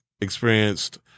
experienced